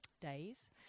days